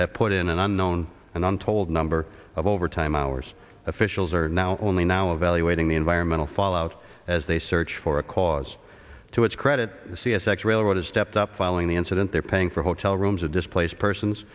have put in an unknown and untold number of overtime hours officials are now only now evaluating the environmental fallout as they search for a cause to its credit c s x railroad has stepped up following the incident they're paying for hotel rooms of displaced persons